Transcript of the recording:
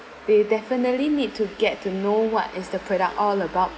they definitely need to get to know what is the product all about